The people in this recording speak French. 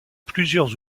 plusieurs